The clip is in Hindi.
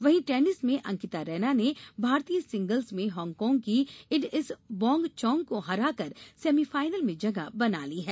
वहीं टेनिस में अंकिता रैना ने महिला सिंगल्स में हांगकांग की इड्इस वोंग चोंग को हराकर सेमीफाइनल में जगह बना ली है